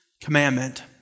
commandment